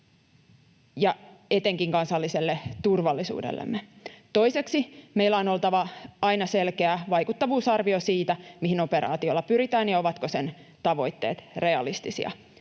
ja etenkin kansalliselle turvallisuudellemme tuoda, toiseksi meillä on oltava aina selkeä vaikuttavuusarvio siitä, mihin operaatiolla pyritään ja ovatko sen tavoitteet realistisia.